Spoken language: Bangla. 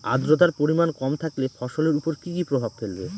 আদ্রর্তার পরিমান কম থাকলে ফসলের উপর কি কি প্রভাব ফেলবে?